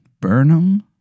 Burnham